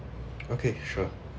okay sure